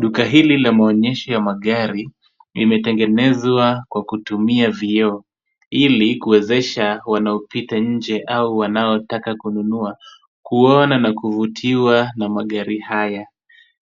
Duka hili la maonyesho ya magari imetengenezwa kwa kutumia vioo, ili kuwezesha wanaopita nje au wanaotaka kununua kuona na kuvutiwa na magari haya.